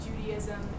Judaism